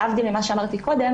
להבדיל ממה שאמרתי קודם